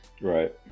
right